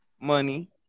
Money